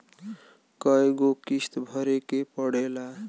कय गो किस्त भरे के पड़ेला?